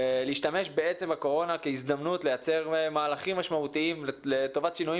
ולהשתמש בקורונה כהזדמנות לייצר מהלכים משמעותיים לטובת שינויים